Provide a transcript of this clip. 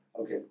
Okay